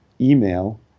email